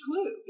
clue